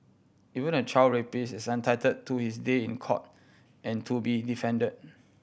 even a child rapist is entitled to his day in court and to be defended